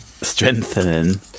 Strengthening